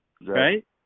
Right